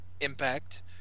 Impact